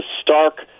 stark